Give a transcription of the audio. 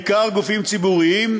בעיקר גופים ציבוריים,